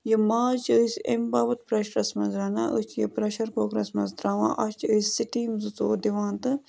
یہِ ماز چھِ أسۍ اَمہِ باپَتھ پرٛٮ۪شرَس منٛز رَنان أسۍ چھِ یہِ پرٛٮ۪شَر کُکرَس منٛز ترٛاوان اَتھ چھِ أسۍ سِٹیٖم زٕ ژور دِوان تہٕ